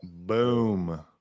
Boom